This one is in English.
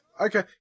Okay